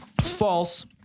False